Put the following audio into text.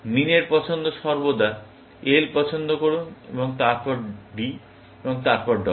মিন এর পছন্দ সর্বদা L পছন্দ করুন এবং তারপর D এবং তারপরে W